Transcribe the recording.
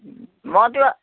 মইতো